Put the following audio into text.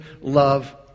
love